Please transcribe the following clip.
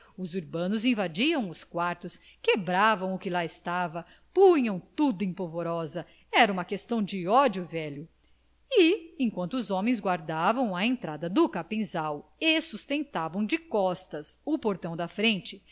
os urbanos invadiam os quartos quebravam o que lá estava punham tudo em polvorosa era uma questão de ódio velho e enquanto os homens guardavam a entrada do capinzal e sustentavam de costas o portão da frente